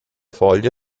foglie